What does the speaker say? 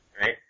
right